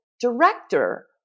director